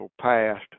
passed